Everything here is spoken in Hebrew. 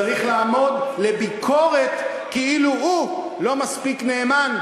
צריך לעמוד לביקורת כאילו הוא לא מספיק נאמן,